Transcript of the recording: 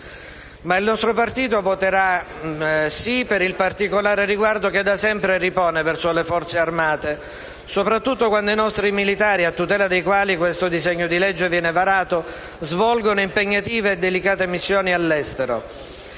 il nostro Gruppo voterà a favore per il particolare riguardo che da sempre ripone verso le Forze armate, soprattutto quando i nostri militari, a tutela dei quali il disegno di legge in esame viene varato, svolgono impegnative e delicate missioni all'estero.